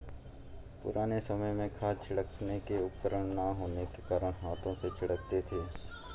पुराने समय में खाद छिड़कने के उपकरण ना होने के कारण हाथों से छिड़कते थे